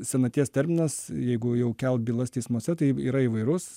senaties terminas jeigu jau kelt bylas teismuose tai yra įvairus